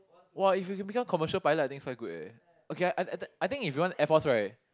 !wah! if you can become commercial pilot I think is quite good eh okay I I I think if you want Air-Force right